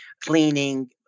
cleaning